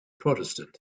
protestant